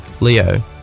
Leo